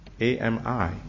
A-M-I